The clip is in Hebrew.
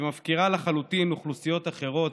ומפקירה לחלוטין אוכלוסיות אחרות,